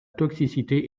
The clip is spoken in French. toxicité